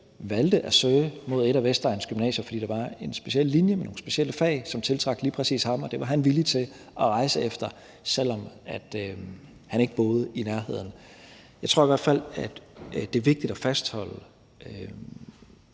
valgte at søge mod et af Vestegnens gymnasier, fordi der var en speciel linje med nogle specielle fag, som tiltrak lige præcis ham, og det var han villig til at rejse efter, selv om han ikke boede i nærheden. Jeg tror i hvert fald, at det er vigtigt at fastholde